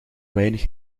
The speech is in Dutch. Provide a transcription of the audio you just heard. weinig